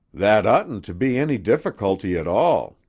that oughtn't to be any difficulty at all.